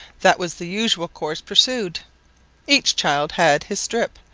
that was the usual course pursued each child had his strip,